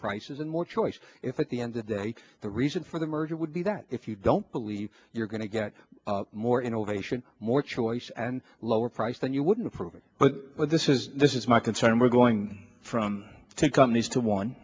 prices and more choice if at the end of day the reason for the merger would be that if you don't believe you're going to get more innovation more choice and lower price then you wouldn't approve it but this is this is my concern and we're going from two companies to one